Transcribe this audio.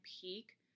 peak